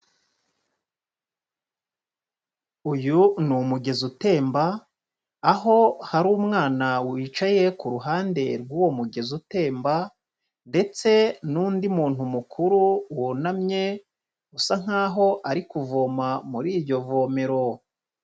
Uyu ni umugezi utemba, aho hari umwana wicaye ku ruhande rw'uwo mugezi utemba ndetse n'undi muntu mukuru wunamye usa nk'aho ari kuvoma muri iryo vomero.